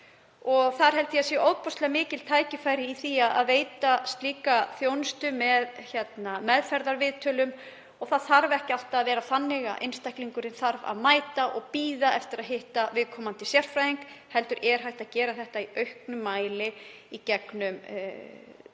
og ég held að það séu ofboðslega mikil tækifæri í því að veita slíka þjónustu með meðferðarviðtölum. Það þarf ekki alltaf að vera þannig að einstaklingurinn þurfi að mæta og bíða eftir að hitta viðkomandi sérfræðing heldur er hægt að gera það í auknum mæli í gegnum tölvu.